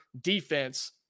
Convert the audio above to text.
defense